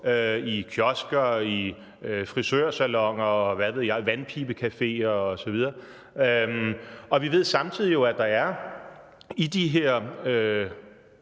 i kiosker, i frisørsaloner, i vandpibecafeer, og hvad ved jeg. Og vi ved jo samtidig, at der i de her